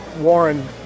Warren